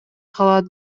калат